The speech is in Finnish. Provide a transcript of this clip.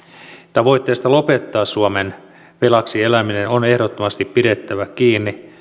tavoitteesta lopettaa suomen velaksieläminen on ehdottomasti pidettävä kiinni